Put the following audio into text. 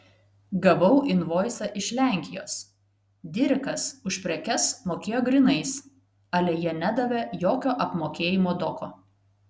gavau invoisą iš lenkijos dirikas už prekes mokėjo grynais ale jie nedavė jokio apmokėjimo doko